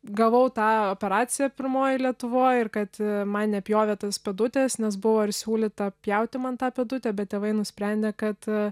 gavau tą operaciją pirmoji lietuvoj ir kad man nrpjovė tos pėdutės nes buvo ir siūlyta pjauti man tą pėdutę bet tėvai nusprendė kad